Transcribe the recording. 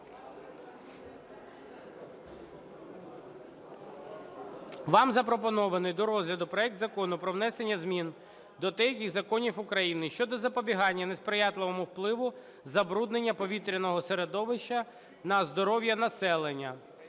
Вам запропонований до розгляду проект Закону про внесення змін до деяких законів України щодо запобігання несприятливому впливу забруднення повітряного середовища на здоров'я населення